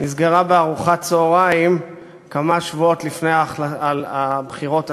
נסגרה בארוחת צהריים כמה שבועות לפני הבחירות עצמן,